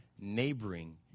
Neighboring